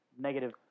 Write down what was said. negative